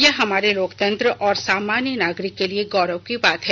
यह हमारे लोकतंत्र और सामान्य नागरिक के लिए गौरव की बात है